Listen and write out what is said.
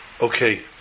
okay